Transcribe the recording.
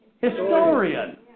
historian